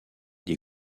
des